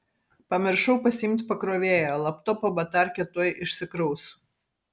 pamiršau pasiimt pakrovėją laptopo batarkė tuoj išsikraus